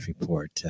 report